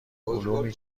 علومی